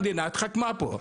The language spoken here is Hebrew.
המדינה התחמקה פה.